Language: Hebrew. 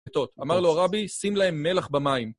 אמר לו, רבי, שים להם מלח במים.